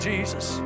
Jesus